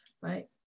right